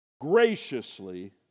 graciously